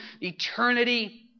eternity